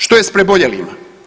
Što je s preboljelima?